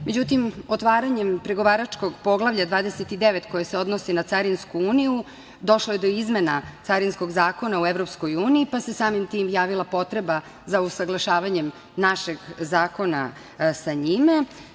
Međutim, otvaranjem pregovaračkog Poglavlja 29, koje se odnosi na Carinsku uniju, došlo je do izmena Carinskog zakona u EU, pa se samim tim javila potreba za usaglašavanjem našeg zakona sa njime.